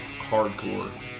Hardcore